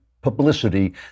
publicity